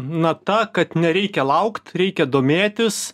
nata kad nereikia laukt reikia domėtis